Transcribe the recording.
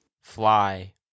Fly